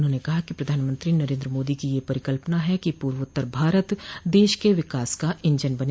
उन्होंने कहा कि प्रधानमंत्री नरेन्द्र मोदी की यह परिकल्पना है कि पूर्वोत्तर भारत देश के विकास का इंजन बने